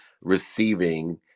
receiving